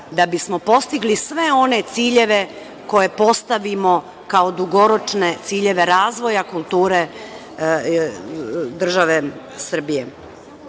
da bismo postigli sve one ciljeve koje postavimo kao dugoročne ciljeve razvoja kulture države Srbije. Publika